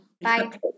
Bye